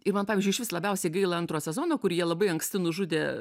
ir man pavyzdžiui išvis labiausiai gaila antro sezono kur jie labai anksti nužudė